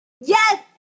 Yes